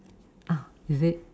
oh is it